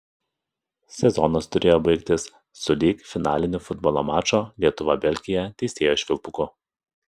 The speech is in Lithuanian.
sezonas turėjo baigtis sulig finaliniu futbolo mačo lietuva belgija teisėjo švilpuku